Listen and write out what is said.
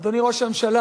אדוני ראש הממשלה,